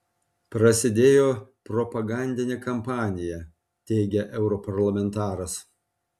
prasidėjo propagandinė kampanija teigia europarlamentaras